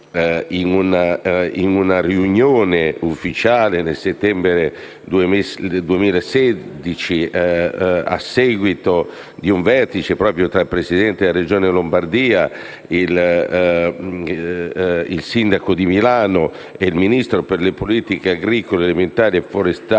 in una riunione ufficiale nel settembre 2016, a seguito di un vertice tra il Presidente della Regione Lombardia, il sindaco di Milano ed il Ministro per le politiche agricole, alimentari e forestali